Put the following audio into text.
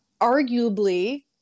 arguably